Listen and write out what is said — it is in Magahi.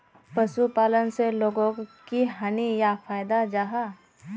पशुपालन से लोगोक की हानि या फायदा जाहा?